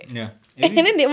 ya as in